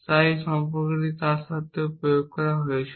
তাই একই সম্পর্ক তার সাথেও প্রয়োগ করা হয়েছিল